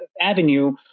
avenue